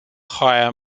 higher